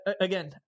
Again